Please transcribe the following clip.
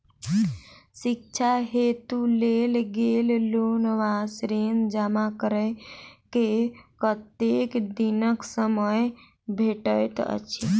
शिक्षा हेतु लेल गेल लोन वा ऋण जमा करै केँ कतेक दिनक समय भेटैत अछि?